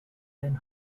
than